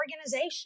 organization